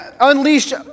unleashed